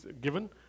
given